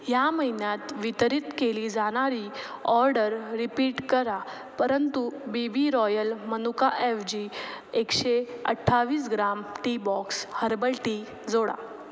ह्या महिन्यात वितरित केली जाणारी ऑर्डर रिपीट करा परंतु बी बी रॉयल मनुकाऐवजी एकशे अठ्ठावीस gram tea box herbal tea जोडा